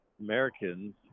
Americans